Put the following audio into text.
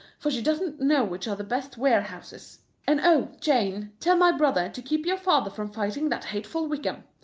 for she doesn't know which are the best warehouses. and oh, jane, tell my brother to keep your father from fighting that hateful wickham.